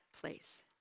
place